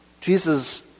Jesus